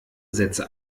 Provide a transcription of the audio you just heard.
sätze